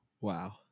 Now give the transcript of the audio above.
Wow